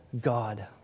God